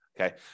Okay